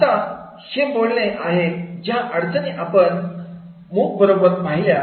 आता हे बोलणे आहे ज्या अडचणी आपण मुक बरोबर पाहिल्या